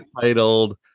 titled